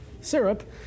syrup